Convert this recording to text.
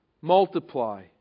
multiply